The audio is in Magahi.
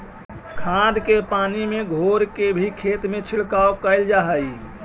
खाद के पानी में घोर के भी खेत में छिड़काव कयल जा हई